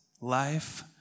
Life